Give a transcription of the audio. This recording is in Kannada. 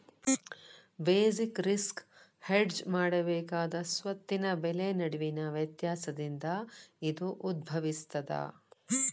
ಬೆಸಿಕ್ ರಿಸ್ಕ ಹೆಡ್ಜ ಮಾಡಬೇಕಾದ ಸ್ವತ್ತಿನ ಬೆಲೆ ನಡುವಿನ ವ್ಯತ್ಯಾಸದಿಂದ ಇದು ಉದ್ಭವಿಸ್ತದ